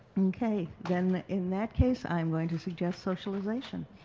okay. then in that case, i'm going to suggest socialization.